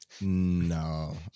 no